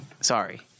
Sorry